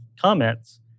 comments